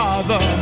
Father